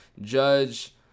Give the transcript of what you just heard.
Judge